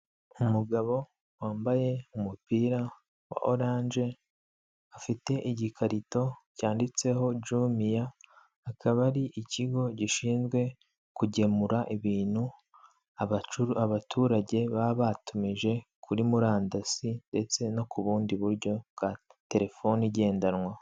Umugabo wambaye umupira wa oranje afite igikarito cyanditseho jumiya akaba ari ikigo gishinzwe kugemura ibintu abaturage baba batumije kuri murandasi ndetse no ku bundi buryo bwa telefone igendanwa.